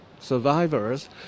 survivors